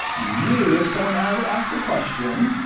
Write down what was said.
you, if someone ever asks the question,